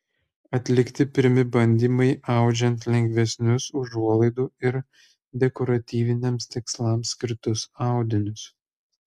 atlikti pirmi bandymai audžiant lengvesnius užuolaidų ir dekoratyviniams tikslams skirtus audinius